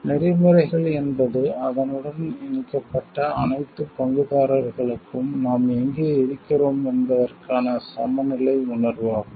நெறிமுறைகள் என்பது அதனுடன் இணைக்கப்பட்ட அனைத்து பங்குதாரர்களுக்கும் நாம் எங்கே இருக்கிறோம் என்பதற்கான சமநிலை உணர்வாகும்